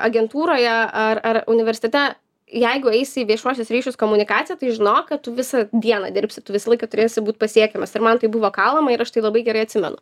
agentūroje ar ar universitete jeigu eisi į viešuosius ryšius komunikaciją tai žinok kad tu visą dieną dirbsi tu visą laiką turėsi būt pasiekiamas ir man tai buvo kalama ir aš tai labai gerai atsimenu